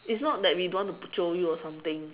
it's not that we don't want to jio you or something